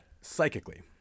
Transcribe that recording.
Psychically